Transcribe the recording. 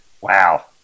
wow